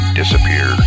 disappear